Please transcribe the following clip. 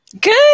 Good